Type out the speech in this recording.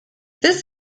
this